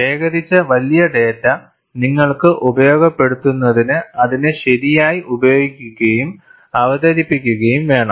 ശേഖരിച്ച വലിയ ഡാറ്റ നിങ്ങൾക്ക് ഉപയോഗപ്പെടുന്നതിന് അതിനെ ശരിയായി ഉപയോഗിക്കുകയും അവതരിപ്പിക്കുകയും വേണം